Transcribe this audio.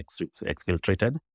exfiltrated